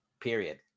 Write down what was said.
Period